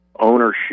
ownership